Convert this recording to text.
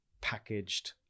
packaged